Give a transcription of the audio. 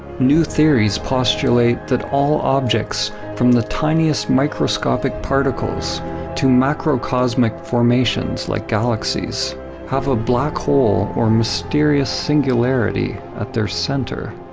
new theories postulate that all objects from the tiniest microscopic particles to macrocosmic formations like galaxies have a black hole or mysterious singularity at their center.